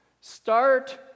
start